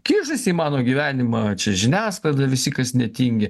kišasi į mano gyvenimą čia žiniasklaida visi kas netingi